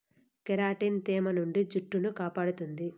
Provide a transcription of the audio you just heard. keratin తేమ నుండి జుట్టును కాపాడుతుంది